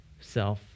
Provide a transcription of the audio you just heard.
self